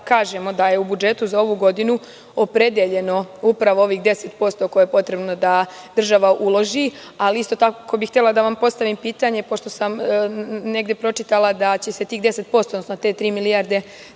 kažemo da je u budžetu za ovu godinu opredeljeno upravo ovih 10 posto, koje je potrebno da država uloži, ali isto tako bih htela da vam postavim pitanje, pošto sam negde pročitala da će se tih 10 posto, odnosno te 3 milijarde